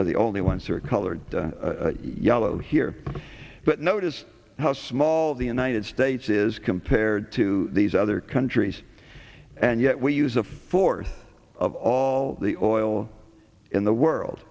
are the only one sir colored yellow here but notice how small the united states is compared to these other countries and yet we use a fourth of all the oil in the world